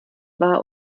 war